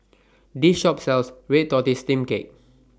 This Shop sells Red Tortoise Steamed Cake